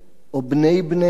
או בני-בניהם?